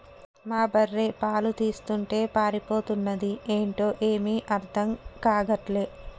మా బర్రె పాలు తీస్తుంటే పారిపోతన్నాది ఏంటో ఏమీ అర్థం గాటల్లే